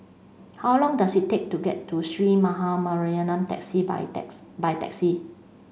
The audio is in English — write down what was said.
how long does it take to get to Sree Maha Mariamman taxi by by taxi